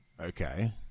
Okay